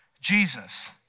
Jesus